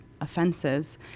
offenses